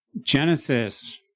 Genesis